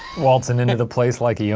waltzin' into the place like yeah